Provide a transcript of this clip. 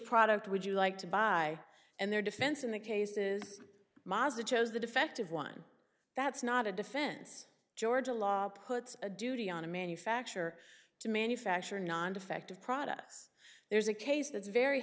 product would you like to buy and their defense in the cases mazda chose the defective one that's not a defense ga law puts a duty on a manufacturer to manufacture non defective products there's a case that's very